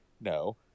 no